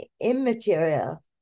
immaterial